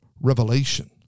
revelation